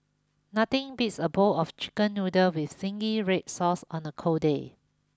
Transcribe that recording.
nothing beats a bowl of chicken noodles with Zingy Red Sauce on a cold day